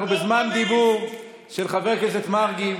אנחנו בזמן דיבור של חבר הכנסת מרגי.